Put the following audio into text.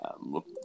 Look